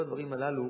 כל הדברים הללו